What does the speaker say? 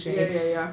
ya ya ya